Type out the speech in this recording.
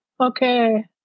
Okay